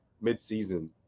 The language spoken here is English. mid-season